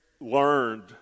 learned